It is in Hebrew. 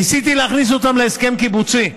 ניסיתי להכניס אותם להסכם קיבוצי.